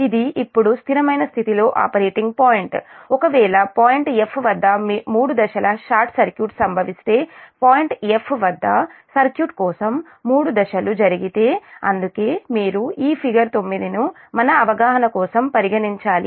ఇది ఇప్పుడు స్థిరమైన స్థితిలో ఆపరేటింగ్ పాయింట్ ఒకవేళ పాయింట్ F వద్ద మూడు దశల షార్ట్ సర్క్యూట్ సంభవిస్తే పాయింట్ F వద్ద సర్క్యూట్ కోసం మూడు దశలు జరిగితే అందుకే మీరు ఈ ఫిగర్ 9 ను మన అవగాహన కోసం పరిగణించాలి